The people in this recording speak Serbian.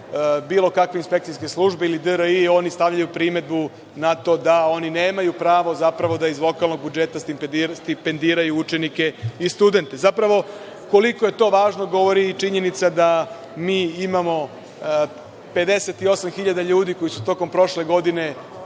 bilo kakve inspekcijske službe ili DRI, oni stavljaju primedbu na to da oni nemaju pravo da iz lokalnog budžeta stipendiraju učenike i studente. Zapravo, koliko je to važno govori i činjenica da mi imamo 58.000 ljudi koji su tokom prošle godine